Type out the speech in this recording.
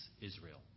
Israel